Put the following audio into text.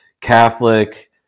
Catholic